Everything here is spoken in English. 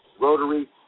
Rotary